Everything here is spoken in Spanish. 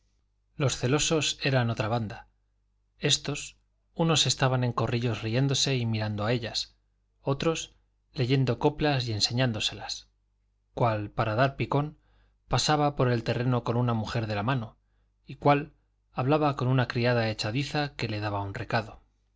los celosos eran otra banda éstos unos estaban en corrillos riéndose y mirando a ellas otros leyendo coplas y enseñándoselas cuál para dar picón pasaba por el terrero con una mujer de la mano y cuál hablaba con una criada echadiza que le daba un recado